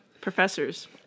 Professors